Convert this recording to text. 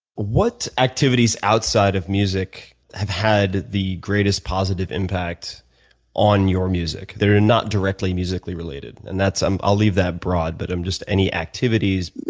what activities outside of music have had the greatest positive impact on your music that are not directly musically related? and um i'll leave that broad, but um just any activities,